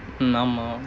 ஆமா:aamaa